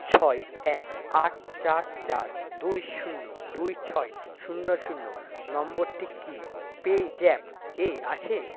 ছয় এক আট চার চার দুই শুন্য দুই ছয় শূন্য শূন্য নম্বরটি কি পেজ্যাপ এ আছে